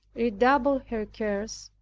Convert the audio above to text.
redoubled her cares,